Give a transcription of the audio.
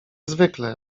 zwykle